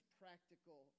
practical